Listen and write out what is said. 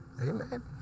Amen